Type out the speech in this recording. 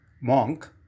monk